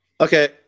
Okay